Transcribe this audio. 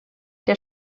der